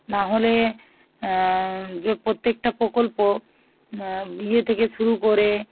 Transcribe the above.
না হলে যে প্রত্যেকটা প্রকল্প ইয়ে থেকে শুরু করে